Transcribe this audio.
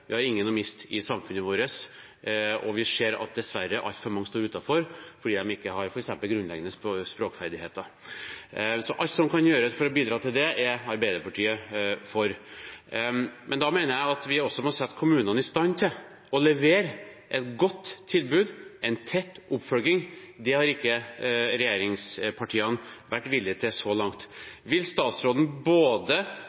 vi har ingen å miste i samfunnet vårt, og vi ser dessverre at altfor mange står utenfor fordi de f.eks. ikke har grunnleggende språkferdigheter. Alt som kan gjøres for å bidra til det, er Arbeiderpartiet for. Men da mener jeg at vi også må sette kommunene i stand til å levere et godt tilbud – tett oppfølging. Det har ikke regjeringspartiene vært villige til så